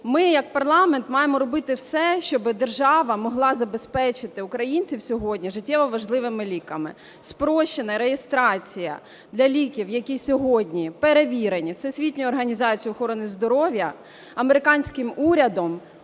Ми як парламент маємо робити все, щоб держава могла забезпечити українців сьогодні життєво важливими ліками. Спрощена реєстрація для ліків, які сьогодні перевірені Всесвітньою організацією охорони здоров'я, американським урядом,